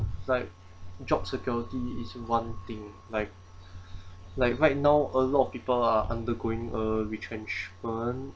like job security is one thing like like right now a lot of people are undergoing uh retrenchment